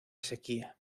sequía